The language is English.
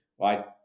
Right